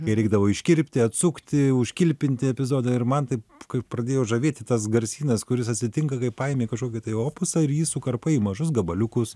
kai reikdavo iškirpti atsukti uškilpinti epizodą ir man taip kaip pradėjo žavėti tas garsynas kuris atsitinka kai pajemi kažkokį tai opusą ir jį sukarpai į mažus gabaliukus